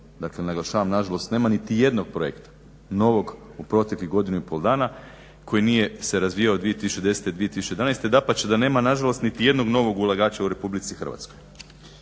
dakle naglašavam nema niti jednog projekta novog u proteklih godinu i pol dana koji nije se razvijao 2010., 2011. Dapače, da nema nažalost niti jednog novog ulagača u Republici Hrvatskoj.